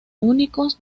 únicos